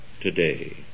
today